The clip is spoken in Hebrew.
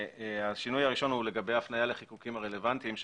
השינוי הראשון הוא לגבי הפניה לחיקוקים הרלוונטיים.